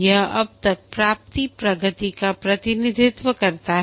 यह अब तक प्राप्त प्रगति का प्रतिनिधित्व करता है